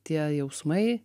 tie jausmai